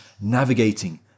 navigating